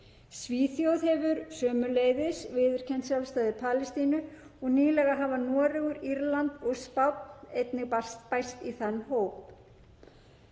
Svíþjóð hefur sömuleiðis viðurkennt sjálfstæði Palestínu og nýlega hafa Noregur, Írland og Spánn einnig bæst í þann hóp.